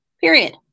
Period